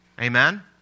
Amen